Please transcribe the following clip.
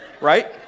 right